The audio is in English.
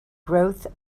growth